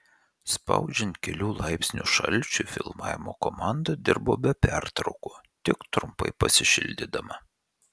spaudžiant kelių laipsnių šalčiui filmavimo komanda dirbo be pertraukų tik trumpai pasišildydama